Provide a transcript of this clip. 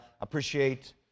appreciate